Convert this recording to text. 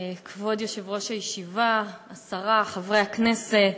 כבוד יושב-ראש הישיבה, השרה, חברי הכנסת,